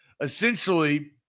essentially